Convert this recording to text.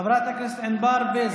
חברת הכנסת ענבר בזק,